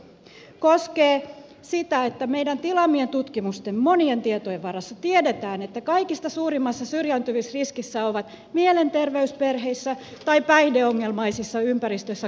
toinen ponsi koskee sitä että meidän tilaamiemme tutkimusten monien tietojen varassa tiedetään että kaikista suurimmassa syrjäytymisriskissä ovat mielenterveysperheissä tai päihdeongelmaisissa ympäristöissä kasvavat lapset